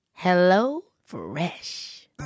HelloFresh